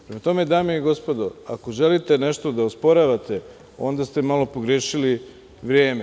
Prema tome, dame i gospodo, ako želite nešto da osporavate, onda ste malo pogrešili vreme.